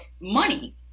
money